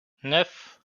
neuf